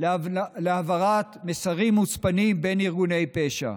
להעברת מסרים מוצפנים בין ארגוני פשע.